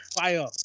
Fire